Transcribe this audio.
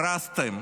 הרסתם.